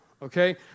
Okay